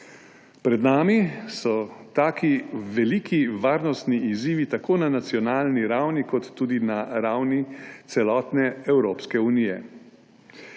Pred nami so veliki varnostni izzivi tako na nacionalni ravni kot tudi na ravni celotne Evropske unije.